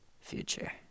future